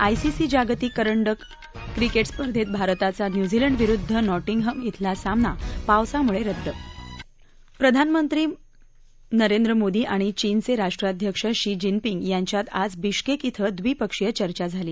I C C जागतिक करंडक cricket स्पर्धेत भारताचा न्यूझीलंड विरुद्ध नॉटिंगहॅम खेला सामना पावसामुळे रद्द प्रधानमंत्री मोदी आणि चीनचे राष्ट्राध्यक्ष शी जीनपिंग यांच्यात आज बिश्केक श्वे द्विपक्षीय चर्चा झाली